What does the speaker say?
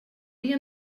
dia